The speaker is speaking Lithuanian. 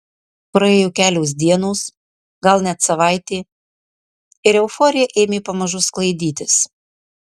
praėjo kelios dienos gal net savaitė ir euforija ėmė pamažu sklaidytis